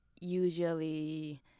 usually